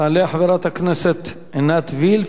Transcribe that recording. תעלה חברת הכנסת עינת וילף,